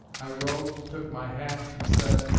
i rose, took my hat, and said,